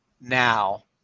now